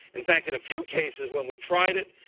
in fact, in a few cases, when we tried it,